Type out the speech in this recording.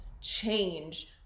change